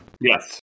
Yes